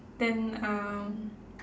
then um